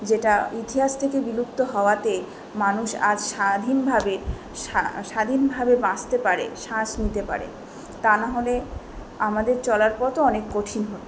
যেটা ইতিহাস থেকে বিলুপ্ত হওয়াতে মানুষ আজ সারা দিন ভাবে স্বাধীনভাবে বাঁচতে পারে শ্বাস নিতে পারে তা নাহলে আমাদের চলার পথও অনেক কঠিন হতো